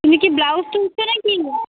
তুমি কি ব্লাউজ তুলছ না কি